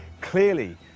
Clearly